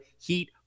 Heat